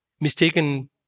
mistaken